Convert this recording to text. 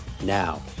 Now